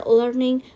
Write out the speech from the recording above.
learning